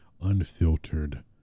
unfiltered